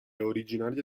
originaria